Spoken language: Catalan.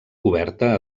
coberta